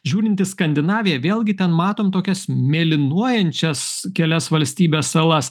žiūrinti į skandinaviją vėlgi ten matom tokias mėlynuojančias kelias valstybes salas